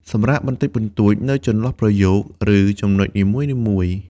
សម្រាកបន្តិចបន្តួចនៅចន្លោះប្រយោគ ឬចំណុចនីមួយៗ។